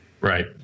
Right